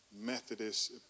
Methodist